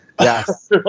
Yes